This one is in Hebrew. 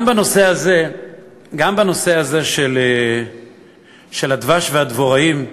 גם בנושא הזה של הדבש והדבוראים,